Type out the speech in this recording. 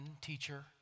teacher